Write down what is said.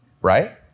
Right